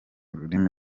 ururimi